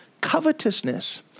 Covetousness